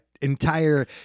Entire